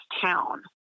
town